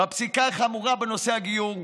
הפסיקה החמורה בנושא הגיור,